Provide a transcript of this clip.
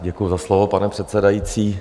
Děkuji za slovo, pane předsedající.